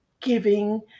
giving